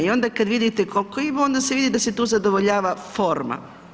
I onda kad vidite koliko ima onda se vidi da se tu zadovoljava forma.